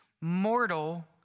mortal